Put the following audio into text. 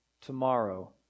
tomorrow